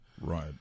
Right